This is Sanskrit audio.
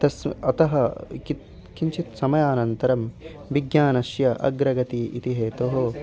तस्य अतः किं किञ्चित् समयानन्तरं विज्ञानस्य अग्रगतिः इति हेतोः